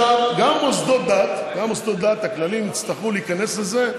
גם מוסדות הדת הכלליים יצטרכו להיכנס לזה,